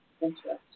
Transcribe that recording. Interesting